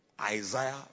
Isaiah